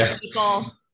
people